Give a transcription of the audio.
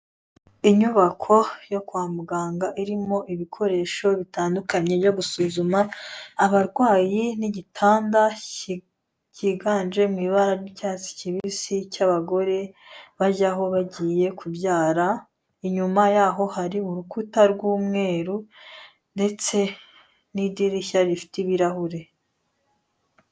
Inyubako yo kwa muganga irimo ibikoresho bitandukanye byo gusuzuma, abarwayi n'igitanda kiganje mu ibara ry'icyatsi kibisi cy'abagore, bajyaho bagiye kubyara, inyuma yaho hari urukuta rw'umweru, ndetse n'idirishya rifite ibirahure.